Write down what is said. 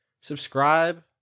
Subscribe